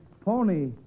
Pony